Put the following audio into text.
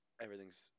everything's